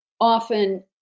often